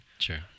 sure